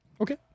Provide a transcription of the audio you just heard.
Okay